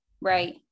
Right